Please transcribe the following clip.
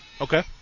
Okay